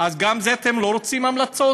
אז גם על זה אתם לא רוצים המלצות?